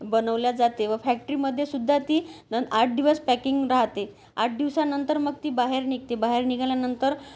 बनवली जाते व फॅक्ट्रीमध्ये सुद्धा ती न् आठ दिवस पॅकिंग राहते आठ दिवसानंतर मग ती बाहेर निघते बाहेर निघाल्यानंतर